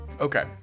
Okay